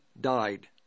died